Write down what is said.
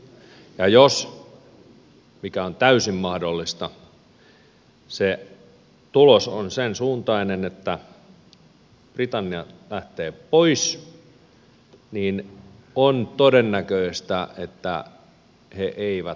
jos mikä on täysin mahdollista se tulos on sen suuntainen että britannia lähtee pois niin on todennäköistä että he eivät lähde yksin